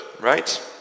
right